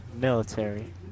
Military